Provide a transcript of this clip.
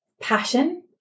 passion